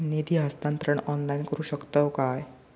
निधी हस्तांतरण ऑनलाइन करू शकतव काय?